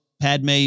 Padme